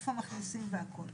איפה מכניסים והכול.